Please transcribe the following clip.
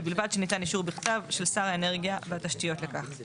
ובלבד שניתן אישור בכתב של שר האנרגיה והתשתיות לכך;